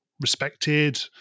respected